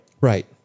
Right